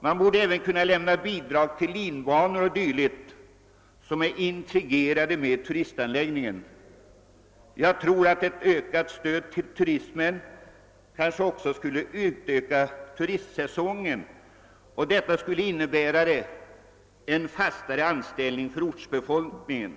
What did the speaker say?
Man bör även kunna lämna bidrag till linbanor och liknande anläggningar, som är integrerade i turistnäringen. Ett ökat stöd till turismen skulle kanske också förlänga turistsäsongen, och detta skulle innebära en fastare anställning för ortsbefolkningen.